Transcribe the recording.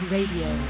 Radio